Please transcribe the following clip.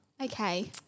Okay